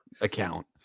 account